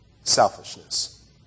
selfishness